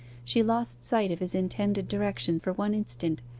she lost sight of his intended direction for one instant,